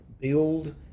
build